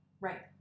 Right